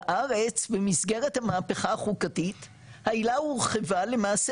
בארץ במסגרת המהפכה החוקתית העילה הורכבה למעשה